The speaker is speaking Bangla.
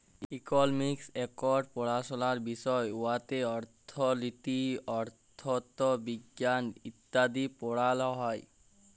ইকলমিক্স ইকট পাড়াশলার বিষয় উয়াতে অথ্থলিতি, অথ্থবিজ্ঞাল ইত্যাদি পড়াল হ্যয়